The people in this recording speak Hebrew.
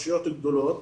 הרשויות הגדולות,